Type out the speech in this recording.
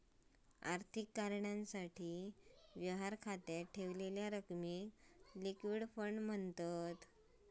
आर्थिक कारणासाठी, व्यवहार खात्यात ठेवलेल्या रकमेक लिक्विड फंड मांनतत